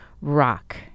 rock